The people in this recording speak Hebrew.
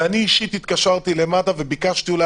אני אישית התקשרתי למד"א וביקשתי אולי